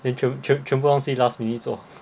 全全全部东西 last minute 做